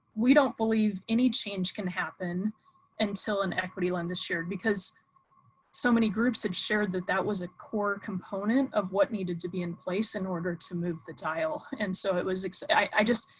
we don't believe any change can happen until an equity lens is shared because so many groups had shared that that was a core component of what needed to be in place in order to move the dial. and so it was excited i just,